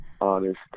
honest